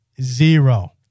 zero